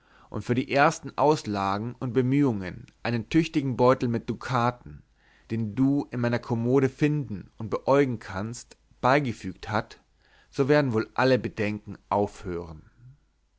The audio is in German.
und für die ersten auslagen und bemühungen einen tüchtigen beutel mit dukaten den du in meiner kommode finden und beäugeln kannst beigefügt hat so werden wohl alle bedenken aufhören